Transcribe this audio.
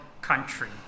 country